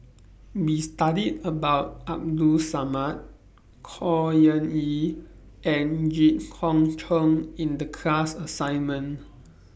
We studied about Abdul Samad Khor Ean Ghee and Jit Koon Ch'ng in The class assignment